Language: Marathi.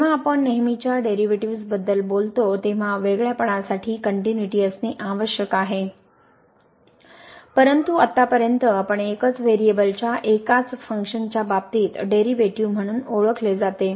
जेव्हा आपण नेहमीच्या डेरिव्हेटिव्हजबद्दल बोलतो तेव्हा वेगळ्यापणासाठी कनट्युनिटी असणे आवश्यक आहे परंतु आतापर्यंत आपण एकच व्हेरिएबलच्या एकाच फंक्शन्सच्या बाबतीत डेरिव्हेटिव्ह म्हणून ओळखले जाते